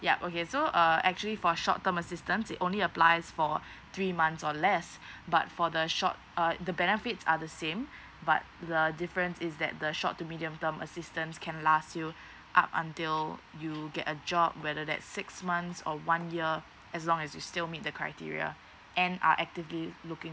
ya okay so err actually for short term assistant it only applies for three months or less but for the short uh the benefits are the same but the difference is that the short to medium term assistance can last you up until you get a job whether that's six months or one year as long as you still meet the criteria and are actively looking